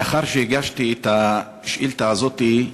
לאחר שהגשתי את השאילתה הזאת,